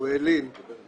ומר אוריאל לין בנושא